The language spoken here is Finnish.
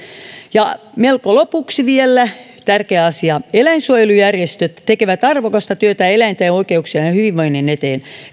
ja melko lopuksi vielä tärkeä asia eläinsuojelujärjestöt tekevät arvokasta työtä eläinten oikeuksien ja hyvinvoinnin eteen